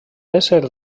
ésser